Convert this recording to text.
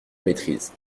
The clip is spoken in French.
maîtrise